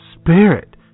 spirit